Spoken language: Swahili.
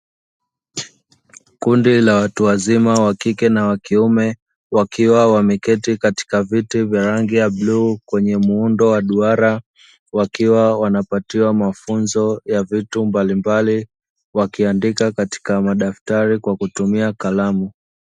Kundi la watu wazima wa kike na wa kiume wakiwa wameketi katika viti vya rangi ya bluu kwenye muundo wa duara, wakiwa wanapatiwa mafunzo ya vitu mbalimbali wakiandika katika madaktari kwa kutumia kalamu.